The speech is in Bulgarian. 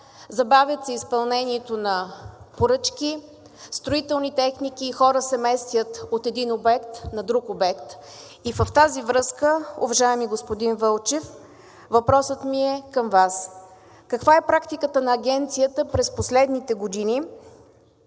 забавят изпълнението на поръчки, строителна техника и хора се местят от един обект на друг обект. И в тази връзка, уважаеми господин Вълчев, въпросът ми е към Вас: каква е практиката на Агенцията през последните години,